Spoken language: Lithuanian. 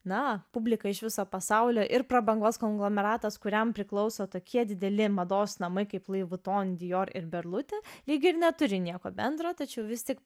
na publika iš viso pasaulio ir prabangos konglomeratas kuriam priklauso tokie dideli mados namai kaip lui viton dior ir berluti lyg ir neturi nieko bendro tačiau vis tik